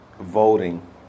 voting